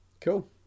Cool